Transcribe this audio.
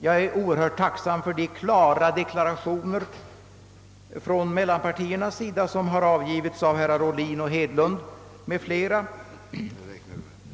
Jag är oerhört tacksam för de klara deklarationer från mittenpartiernas sida som har avgivits av herrar Ohlin, Hedlund m.fl.